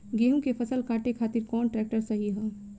गेहूँ के फसल काटे खातिर कौन ट्रैक्टर सही ह?